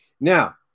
Now